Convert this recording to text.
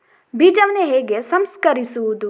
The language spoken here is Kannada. ಬೀಜವನ್ನು ಹೇಗೆ ಸಂಸ್ಕರಿಸುವುದು?